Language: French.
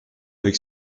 avec